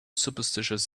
superstitious